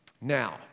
now